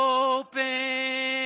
open